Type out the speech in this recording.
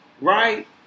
right